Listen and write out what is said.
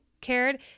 Cared